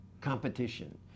competition